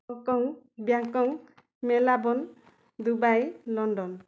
Hong Kong Melbourne Dubai London